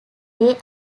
day